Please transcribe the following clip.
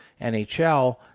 NHL